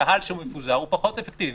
קהל שהוא מפוזר הוא פחות אפקטיבי,